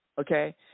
Okay